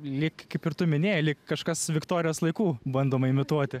lyg kaip ir tu minėjai lyg kažkas viktorijos laikų bandoma imituoti